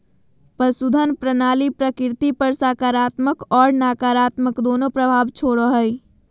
पशुधन प्रणाली प्रकृति पर सकारात्मक और नकारात्मक दोनों प्रभाव छोड़ो हइ